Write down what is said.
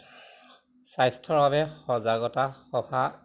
স্বাস্থ্যৰ বাবে সজাগতা সভা